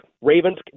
Ravens